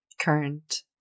current